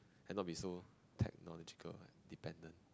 and not be so technological dependent